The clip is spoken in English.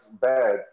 bad